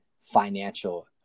financial